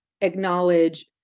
acknowledge